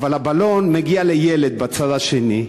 הבלון מגיע לילד בצד השני.